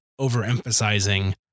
overemphasizing